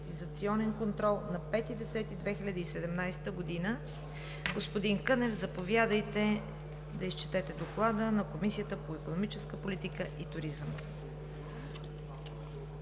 2017 г. Господин Кънев, заповядайте да изчетете Доклада на Комисията по икономическа политика и туризъм.